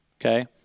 Okay